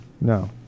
no